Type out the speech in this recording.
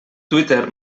twitter